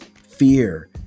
fear